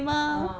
ah